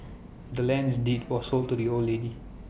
the land's deed was sold to the old lady